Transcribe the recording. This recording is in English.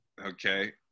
Okay